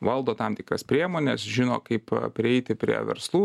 valdo tam tikras priemones žino kaip prieiti prie verslų